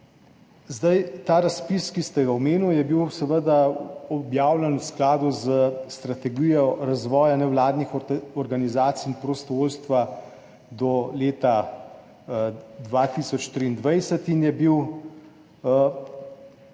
boljše. Ta razpis, ki ste ga omenili, je bil seveda objavljen v skladu s Strategijo razvoja nevladnih organizacij in prostovoljstva do leta 2023 in je bil v